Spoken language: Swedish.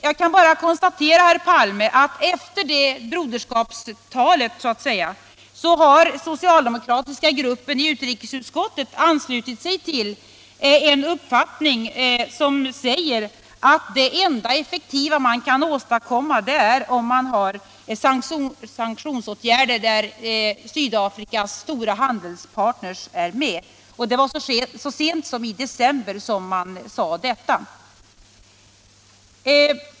Jag kan bara konstatera att efter herr Palmes Broderskapstal har den socialdemokratiska gruppen i utrikesutskottet anslutit sig till uppfattningen att de enda effektiva åtgärderna är sanktioner där Sydafrikas stora handelspartners är med. Det var så sent som i december som man sade detta.